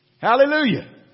Hallelujah